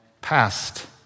past